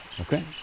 Okay